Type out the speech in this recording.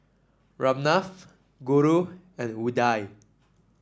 Ramnath Guru and Udai